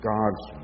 God's